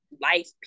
life